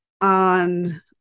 on